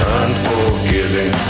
unforgiving